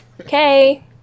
okay